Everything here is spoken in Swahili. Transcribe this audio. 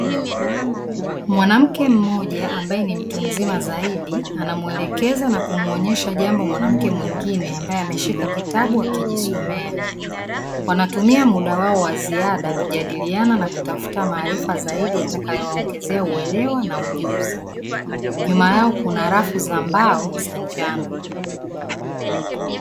Mwanamke mmoja ambae ni mtu mzima zaidi anamuelekeza na kumuonyesha jambo mwanamke mwingine ambae ameshika kitabu na kujisomea. Wanatumia mda wao wa ziada kujadiliana na kutafuta maarifa zaidi yatakayowaongezea ujuzi na maarifa zaidi. Nyuma yao kuna rafu za njano.